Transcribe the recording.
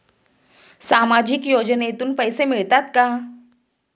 सामाजिक योजनेतून पैसे मिळतात का?